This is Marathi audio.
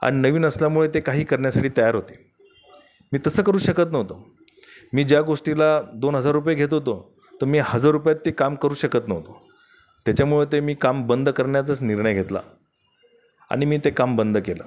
आणि नवीन असल्यामुळे ते काही करण्यासाठी ते तयार होते मी तसं करू शकत नव्हतो मी ज्या गोष्टीला दोन हजार रुपये घेत होतो तर मी हजार रुपयांत ते काम करू शकत नव्हतो त्याच्यामुळे ते मी काम बंद करण्याचाच निर्णय घेतला आणि मी ते काम बंद केलं